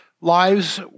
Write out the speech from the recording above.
lives